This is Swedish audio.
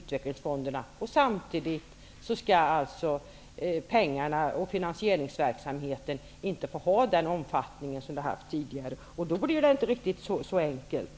Men samtidigt skall finansieringsverksamheten inte få ha den omfattning som den har haft tidigare. Då blir det inte riktigt så enkelt.